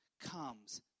comes